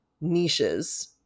niches